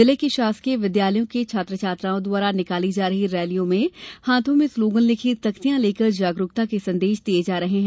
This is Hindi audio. जिले के शासकीय विद्यालयों के छात्र छात्राओं द्वारा निकाली जा रही रैलियों में हाथो में स्लोगन लिखी तख्तियां लेकर जागरूकता के संदेश दिए जा रहे हैं